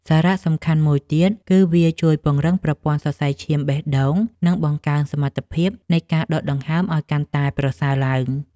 សារៈសំខាន់មួយទៀត គឺវាជួយពង្រឹងប្រព័ន្ធសរសៃឈាមបេះដូង និងបង្កើនសមត្ថភាពនៃការដកដង្ហើមឱ្យកាន់តែប្រសើរឡើង។